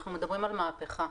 אנחנו מדברים על מהפכה.